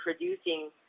introducing